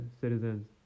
citizens